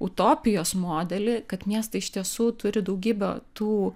utopijos modelį kad miestai iš tiesų turi daugybę tų